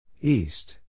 East